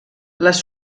les